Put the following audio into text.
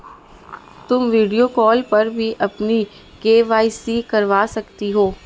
तुम video call पर भी अपनी के.वाई.सी करवा सकती हो